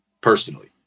personally